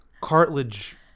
Cartilage